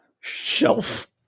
Shelf